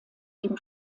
dem